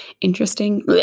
interesting